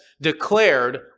declared